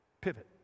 pivot